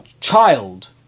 child